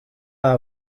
out